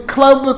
Club